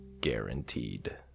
guaranteed